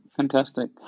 Fantastic